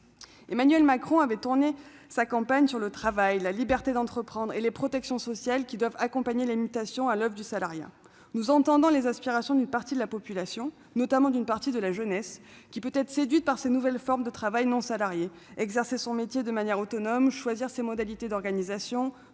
Emmanuel Macron avait axé sa campagne sur le travail, la liberté d'entreprendre et les protections sociales qui doivent accompagner les mutations du salariat qui sont en cours. Nous entendons les aspirations d'une partie de la population, notamment de la jeunesse, qui peut être séduite par ces nouvelles formes de travail non salarié : exercer son métier de manière autonome, choisir ses modalités d'organisation,